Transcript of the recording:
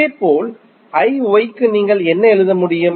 இதேபோல் க்கு நீங்கள் என்ன எழுத முடியும்